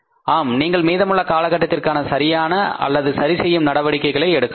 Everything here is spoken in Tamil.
ஆம் நீங்கள் மீதமுள்ள காலகட்டத்திற்கான சரியான அல்லது சரி செய்யும் நடவடிக்கைகளை எடுக்கலாம்